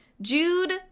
Jude